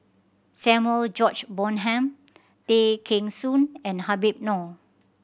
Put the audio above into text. Samuel George Bonham Tay Kheng Soon and Habib Noh